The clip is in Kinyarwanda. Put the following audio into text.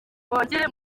mwongere